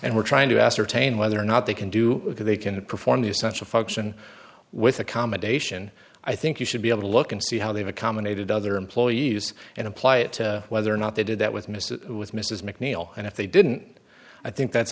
and we're trying to ascertain whether or not they can do that they can perform the essential function with accommodation i think you should be able to look and see how they've accommodated other employees and apply it to whether or not they did that with mr with mrs mcneil and if they didn't i think that's